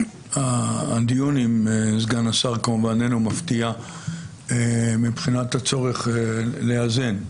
הדיון עם סגן השר כמובן איננו מפתיע מבחינת הצורך לאזן.